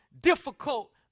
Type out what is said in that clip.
difficult